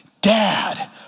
Dad